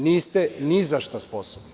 Niste ni za šta sposobni.